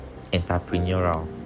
entrepreneurial